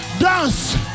Dance